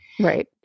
Right